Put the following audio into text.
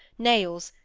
nails,